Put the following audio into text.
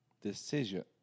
decision